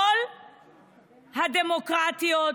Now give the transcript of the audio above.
כל הדמוקרטיות,